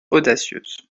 audacieuse